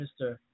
Mr